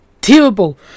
terrible